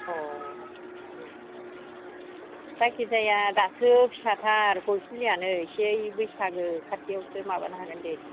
अह उम उम उम जायखिजाया दासो फिसाथार गय फुलिआनो एसे बेयो बैसागो खाथियावसो माबानो हागोन दे